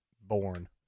Born